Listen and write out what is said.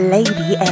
Lady